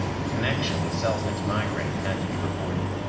the connection with selznik's migraine had to be reported.